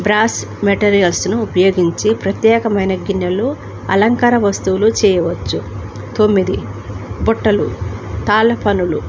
brass మెటీరియల్స్ను ఉపయోగించి ప్రత్యేకమైన గిన్నెలు అలంకార వస్తువులు చేయవచ్చు తొమ్మిది బుట్టలు తాళ్ళ పనులు